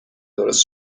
درست